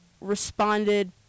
responded